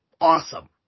awesome